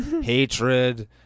Hatred